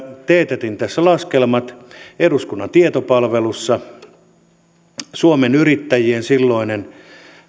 teetätin tästä laskelmat eduskunnan tietopalvelussa suomen yrittäjien silloinen